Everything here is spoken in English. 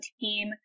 team